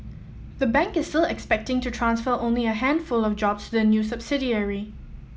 the bank is still expecting to transfer only a handful of jobs to the new subsidiary